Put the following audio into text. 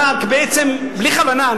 אתה בעצם בלי כוונה,